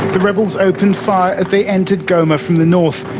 the rebels opened fire as they entered goma from the north,